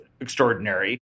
extraordinary